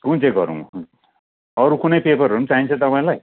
कुन चाहिँ गरौँ अरू कुनै पेपरहरू पनि चाहिन्छ तपाईँलाई